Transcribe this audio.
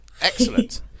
Excellent